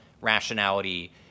rationality